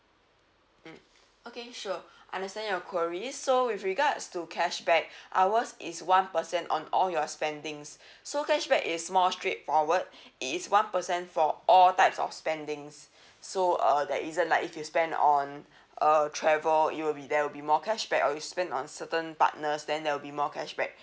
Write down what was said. mm okay sure understand your queries so with regards to cashback our is one percent on all your spending so cashback is more straightforward it is one percent for all types of spending so uh there isn't like if you spend on uh travel you will be there will be more cashback or you spend on certain partners then there will be more cashback